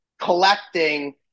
collecting